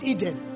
Eden